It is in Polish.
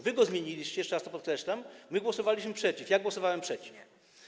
Wy go zmieniliście, jeszcze raz to podkreślam, my głosowaliśmy przeciw, ja głosowałem przeciw.